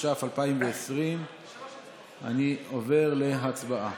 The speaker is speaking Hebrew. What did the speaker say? התש"ף 2020. אני עובר להצבעה.